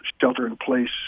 shelter-in-place